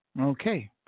Okay